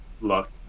luck